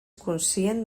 conscient